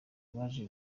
baje